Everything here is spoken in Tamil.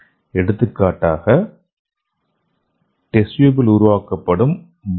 எடுத்துக்காட்டாக டெஸ்ட் டியூபில் உருவாக்கப்படும் பர்கர்கள்